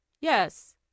Yes